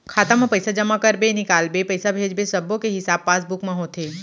खाता म पइसा जमा करबे, निकालबे, पइसा भेजबे सब्बो के हिसाब पासबुक म होथे